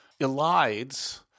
elides